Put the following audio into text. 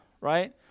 right